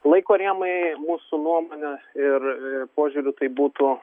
laiko rėmai mūsų nuomone ir požiūriu tai būtų